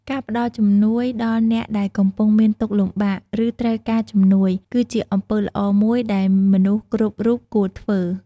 ការផ្តល់ជំនួយដល់អ្នកដែលកំពុងមានទុក្ខលំបាក ឬត្រូវការជំនួយ គឺជាអំពើល្អមួយដែលមនុស្សគ្រប់រូបគួរធ្វើ។